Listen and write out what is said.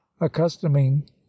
accustoming